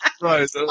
Right